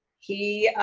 he,